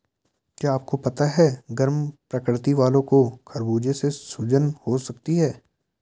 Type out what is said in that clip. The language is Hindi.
क्या आपको पता है गर्म प्रकृति वालो को खरबूजे से सूजन हो सकती है?